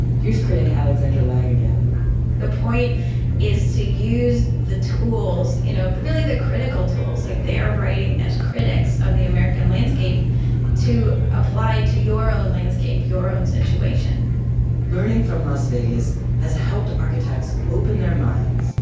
here's critic alexandra lange again the point is to use the tools, you know, really the critical tools, like they are writing, as critics of the american landscape to apply to your own landscape, your own situation learning from las vegas has helped architects open their minds,